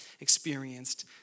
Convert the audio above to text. experienced